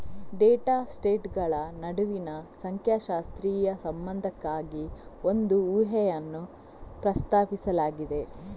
data ಸೆಟ್ಗಳ ನಡುವಿನ ಸಂಖ್ಯಾಶಾಸ್ತ್ರೀಯ ಸಂಬಂಧಕ್ಕಾಗಿ ಒಂದು ಊಹೆಯನ್ನು ಪ್ರಸ್ತಾಪಿಸಲಾಗಿದೆ